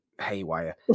haywire